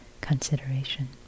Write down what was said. consideration